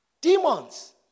Demons